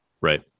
Right